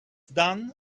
done